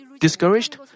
discouraged